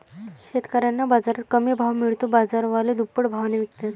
शेतकऱ्यांना बाजारात कमी भाव मिळतो, बाजारवाले दुप्पट भावाने विकतात